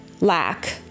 lack